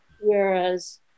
whereas